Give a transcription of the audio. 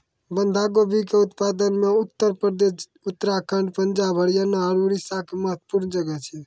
बंधा गोभी के उत्पादन मे उत्तर प्रदेश, उत्तराखण्ड, पंजाब, हरियाणा आरु उड़ीसा के महत्वपूर्ण जगह छै